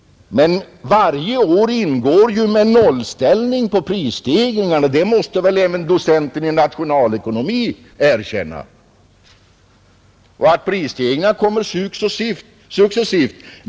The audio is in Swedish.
Men varje år ingår ju med nollställning på prisstegringarna — det måste väl även docenten i nationalekonomi erkänna — och prisstegringarna kommer successivt.